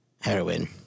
heroin